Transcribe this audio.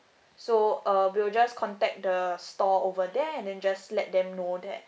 so uh we will just contact the store over there and then just let them know that